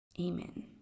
Amen